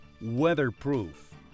Weatherproof